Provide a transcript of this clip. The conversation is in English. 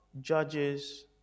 judges